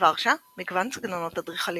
בוורשה מגוון סגנונות אדריכליים.